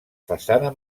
façana